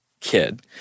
kid